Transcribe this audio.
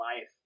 life